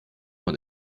man